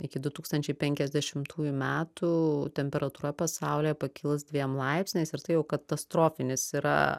iki du tūkstančiai penkiasdešimtųjų metų temperatūra pasaulyje pakils dviem laipsniais ir tai jau katastrofinis yra